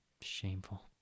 Shameful